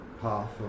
path